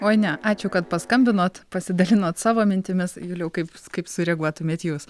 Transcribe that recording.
oi ne ačiū kad paskambinot pasidalinot savo mintimis juliau kaip kaip sureaguotumėt jūs